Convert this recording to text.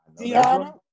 Diana